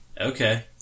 Okay